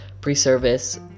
pre-service